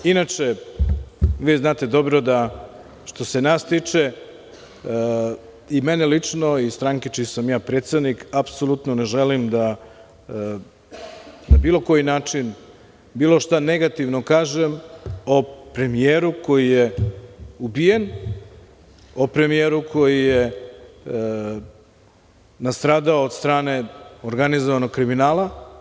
Inače, vi znate dobro da, što se nas tiče, mene lično i stranke čiji sam ja predsednik, apsolutno ne želim da na bilo koji način bilo šta negativno kažem o premijeru koji je ubijen, o premijeru koji je nastradao od strane organizovanog kriminala.